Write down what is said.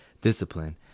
discipline